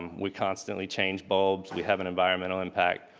um we constantly change bulbs, we have an environmental impact.